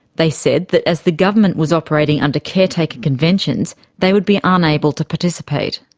they said that as the government was operating under caretaker conventions they would be unable to participate.